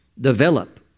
develop